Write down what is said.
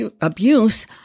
abuse